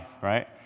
right